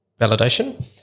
validation